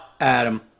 Adam